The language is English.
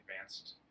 advanced